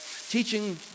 teaching